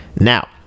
now